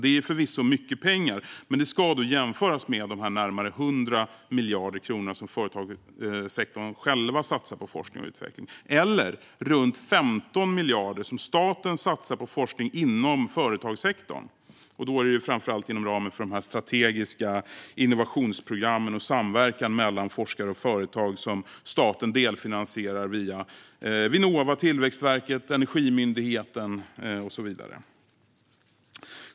Det är förvisso mycket pengar, men det ska då jämföras med de närmare 100 miljarder kronor som företagssektorn själv satsar på forskning och utveckling eller de runt 15 miljarder som staten satsar på forskning inom företagssektorn - det sker framför allt inom ramen för de strategiska innovationsprogrammen och samverkan mellan forskare och företag som staten delfinansierar via Vinnova, Tillväxtverket, Energimyndigheten och så vidare.